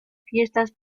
fiestas